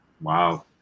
wow